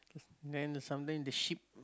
then some land the ship